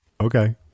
okay